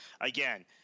again